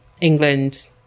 England